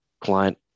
client